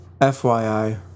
FYI